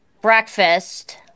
breakfast